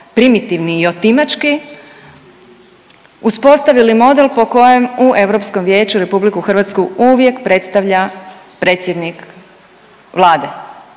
primitivni i otimački, uspostavili model po kojem u EV-u RH uvijek predstavlja predsjednik Vlade.